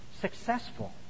successful